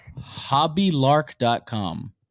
hobbylark.com